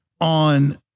on